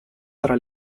tra